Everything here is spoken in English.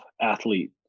athlete